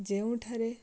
ଯେଉଁଠାରେ